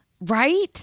Right